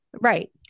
right